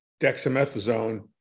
dexamethasone